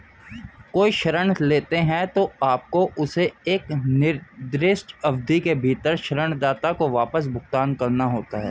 कोई ऋण लेते हैं, तो आपको उसे एक निर्दिष्ट अवधि के भीतर ऋणदाता को वापस भुगतान करना होता है